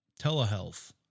telehealth